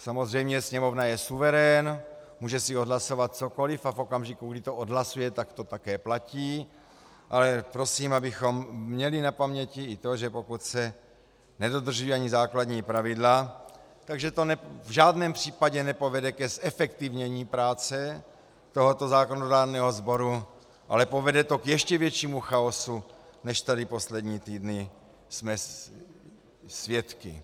Samozřejmě Sněmovna je suverén, může si odhlasovat cokoliv a v okamžiku, kdy to odhlasuje, tak to také platí, ale prosím, abychom měli na paměti i to, že pokud se nedodržují ani základní pravidla, tak to v žádném případně nepovede k zefektivnění práce tohoto zákonodárného sboru, ale povede to k ještě většímu chaosu, než jsme tady poslední týdny svědky.